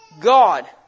God